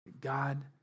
God